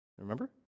Remember